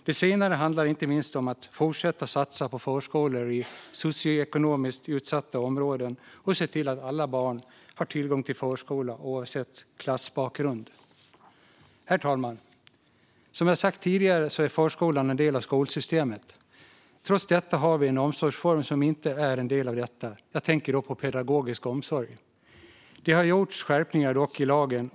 Det senare handlar inte minst om att fortsätta satsa på förskolor i socioekonomiskt utsatta områden och se till att alla barn, oavsett klassbakgrund, har tillgång till förskola. Herr talman! Som jag sagt tidigare är förskolan en del av skolsystemet. Trots detta har vi en omsorgsform som inte är en del av detta. Jag tänker då på pedagogisk omsorg. Det har dock gjorts skärpningar i lagen.